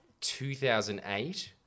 2008